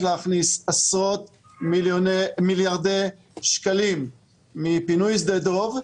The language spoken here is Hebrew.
להכניס עשרות מיליארדי שקלים מפינוי שדה דב,